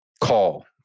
call